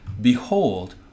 Behold